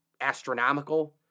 astronomical